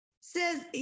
says